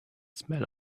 smell